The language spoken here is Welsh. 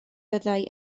fyddai